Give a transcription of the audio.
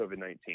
COVID-19